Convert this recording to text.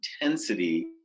intensity